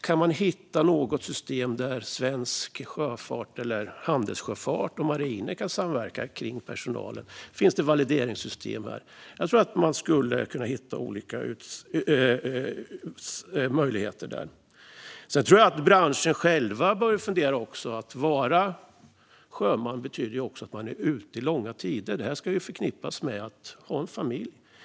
Kan man hitta något system där svensk handelssjöfart och marinen kan samverka om personalen? Finns det valideringssystem här? Jag tror att man skulle kunna hitta olika möjligheter där. Sedan tror jag att branschen själv behöver fundera. Att vara sjöman betyder att man är ute långa tider. Det ska förenas med att ha familj.